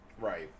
Right